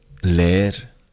leer